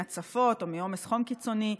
מהצפות או מעומס חום קיצוני.